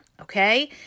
okay